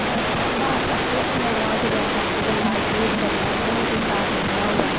ब अस आपूं अपने ग्रां च ते अस आपूं गै लाज लूज करी लैन्ने नी कुसै दा करना होवै